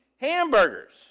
hamburgers